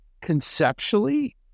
conceptually